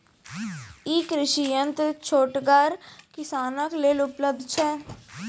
ई कृषि यंत्र छोटगर किसानक लेल उपलव्ध छै?